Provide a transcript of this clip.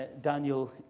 Daniel